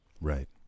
Right